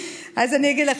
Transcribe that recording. אז אני אגיד לך,